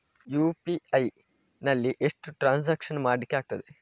UPI ನಲ್ಲಿ ಎಷ್ಟು transaction ಮಾಡ್ಲಿಕ್ಕೆ ಆಗ್ತದೆ?